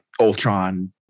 Ultron